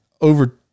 over